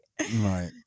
Right